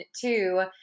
two